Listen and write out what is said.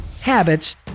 Habits